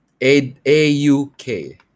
A-U-K